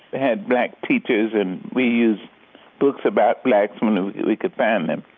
had black teachers, and we used books about blacks when we could find them.